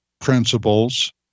principles